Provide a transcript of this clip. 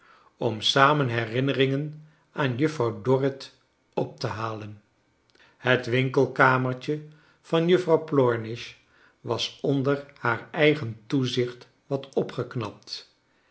om samen herinneringen aan juffrouw dorrit op te halen het winkelkamertje van juffrouw plornish was onder haar eigen toezicht wat opgeknapt